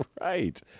right